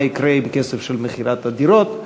מה יקרה עם הכסף של מכירת הדירות,